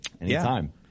Anytime